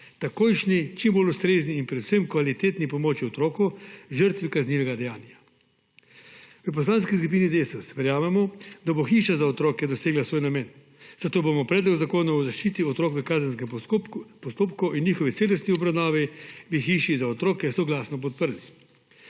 takojšnji, čim bolj ustrezni in predvsem kvalitetni pomoči otroku žrtvi kaznivega dejanja. V Poslanski skupini Desus verjamemo, da bo hiša za otroke dosegla svoj namen, zato bomo Predlog zakona o zaščiti otrok v kazenskem postopku in njihovi celostni obravnavi v hiši za otroke soglasno podprli.